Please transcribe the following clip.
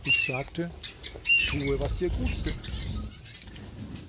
ich sagte tue was dir gutdünkt